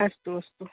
अस्तु अस्तु